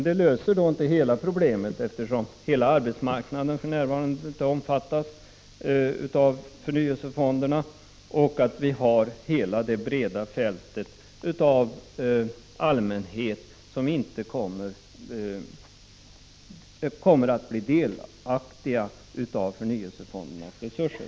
De löser emellertid inte problemet, eftersom inte hela arbetsmarknaden omfattas av förnyelsefonderna och en stor del av allmänheten därmed inte kommer att bli delaktig av förnyelsefondernas resurser.